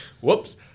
Whoops